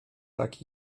tak